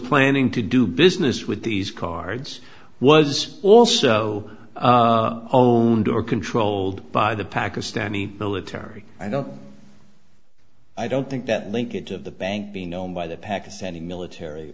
planning to do business with these cards was also own door controlled by the pakistani military i don't i don't think that linkage of the bank being known by the pakistani military